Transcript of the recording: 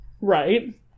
Right